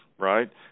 right